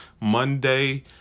Monday